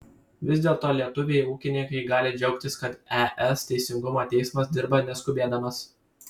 vis dėlto lietuviai ūkininkai gali džiaugtis kad es teisingumo teismas dirba neskubėdamas